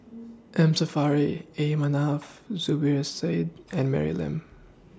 M Saffri A Manaf Zubir Said and Mary Lim